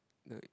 no